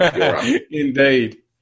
Indeed